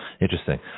interesting